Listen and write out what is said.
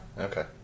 Okay